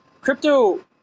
crypto